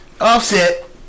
offset